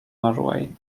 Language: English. norway